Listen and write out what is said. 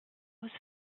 was